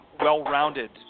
well-rounded